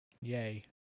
Yay